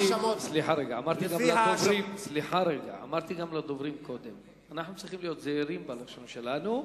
אמרתי גם לדוברים קודם לכן: אנחנו צריכים להיות זהירים באנשים שלנו.